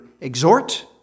exhort